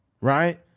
right